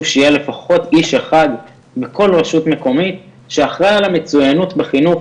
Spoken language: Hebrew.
שיהיה לפחות איש אחד בכל רשות מקומית שאחראי על המצוינות בחינוך